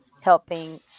helping